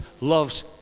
loves